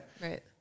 Right